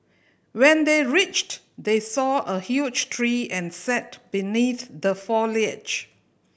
when they reached they saw a huge tree and sat beneath the foliage